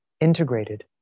integrated